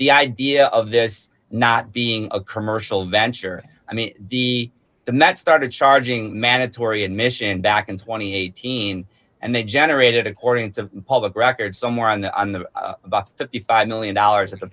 the idea of this not being a commercial venture i mean the the that started charging mandatory admission back in two thousand and eighteen and they generated according to public record somewhere on the on the about fifty five million dollars at the